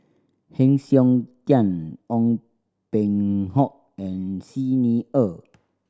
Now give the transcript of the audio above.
Heng Siok Tian Ong Peng Hock and Xi Ni Er